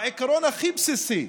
העיקרון הכי בסיסי,